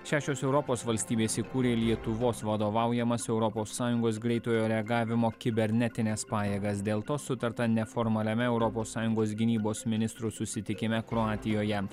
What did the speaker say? šešios europos valstybės įkūrė lietuvos vadovaujamas europos sąjungos greitojo reagavimo kibernetines pajėgas dėl to sutarta neformaliame europos sąjungos gynybos ministrų susitikime kroatijoje